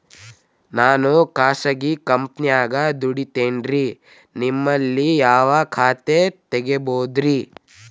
ನಾನು ಖಾಸಗಿ ಕಂಪನ್ಯಾಗ ದುಡಿತೇನ್ರಿ, ನಿಮ್ಮಲ್ಲಿ ಯಾವ ಖಾತೆ ತೆಗಿಬಹುದ್ರಿ?